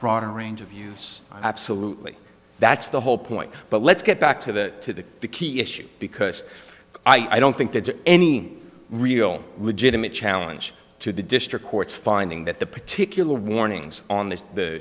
broader range of views absolutely that's the whole point but let's get back to the key issue because i don't think there's any real legitimate challenge to the district court's finding that the particular warnings on the